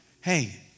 hey